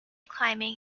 climbing